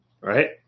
right